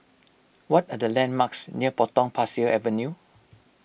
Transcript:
what are the landmarks near Potong Pasir Avenue